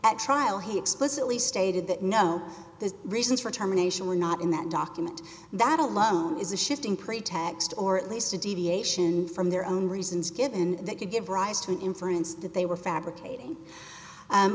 at trial he explicitly stated that no the reasons for terminations are not in that document that alone is a shifting pretext or least a deviation from their own reasons given that could give rise to an inference that they were fabricating